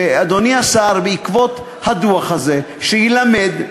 אדוני השר, שבעקבות הדוח הזה, שיילמד,